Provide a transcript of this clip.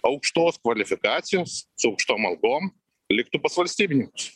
aukštos kvalifikacijos su aukštom algom liktų pas valstybininkus